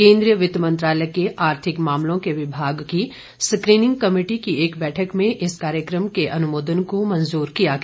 केन्द्रीय वित्त मंत्रालय के आर्थिक मामलों के विभाग की स्क्रीनिंग कमेटी की एक बैठक में इस कार्यक्रम के अनुमोदन को मंजूर किया गया